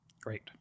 Great